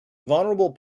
vulnerable